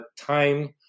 time